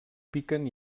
piquen